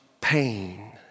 pain